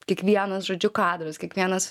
kiekvienas žodžiu kadras kiekvienas